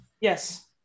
yes